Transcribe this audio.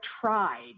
tried